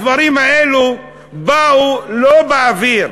הדברים האלה באו לא באוויר.